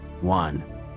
one